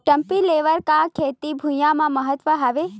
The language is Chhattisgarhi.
डंपी लेवल का खेती भुमि म का महत्व हावे?